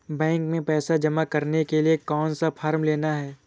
Bank में पैसा जमा करने के लिए कौन सा फॉर्म लेना है?